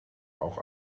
auch